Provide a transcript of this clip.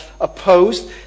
opposed